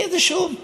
כי זה שוב,